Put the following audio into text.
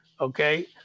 Okay